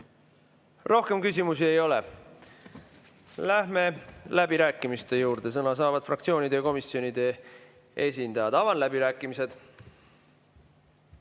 Rohkem küsimusi ei ole. Läheme läbirääkimiste juurde. Sõna saavad fraktsioonide ja komisjonide esindajad. Avan läbirääkimised.